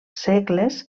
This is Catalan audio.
segles